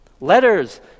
letters